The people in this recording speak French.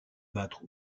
battre